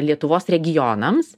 lietuvos regionams